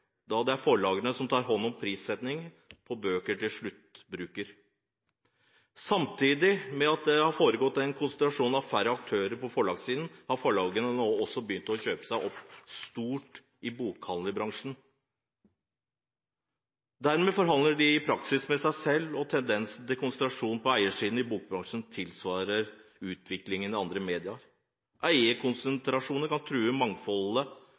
da det er forlagene som har hånd om prissettingen på bøker til sluttbruker. Samtidig med at det har foregått en konsentrasjon om færre aktører på forlagssiden, har forlagene også begynt å kjøpe seg opp stort i bokhandlerbransjen. Dermed forhandler de i praksis med seg selv, og tendensene til konsentrasjon på eiersiden i bokbransjen tilsvarer utviklingen i andre medier. Eierkonsentrasjonen kan true mangfoldet